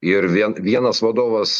ir vienas vadovas